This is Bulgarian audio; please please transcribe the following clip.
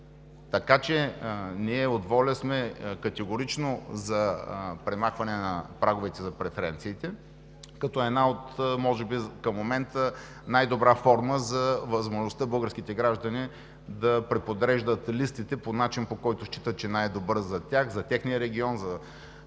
причини. Ние от ВОЛЯ сме категорично за премахване на праговете за преференциите, като една от може би към момента най-добра форма за възможността българските граждани да преподреждат листите по начин, по който считат, че е най-добър за тях, за техния регион, за тяхната